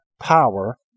power